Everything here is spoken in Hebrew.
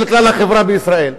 של כלל החברה בישראל,